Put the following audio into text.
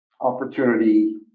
opportunity